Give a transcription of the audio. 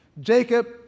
Jacob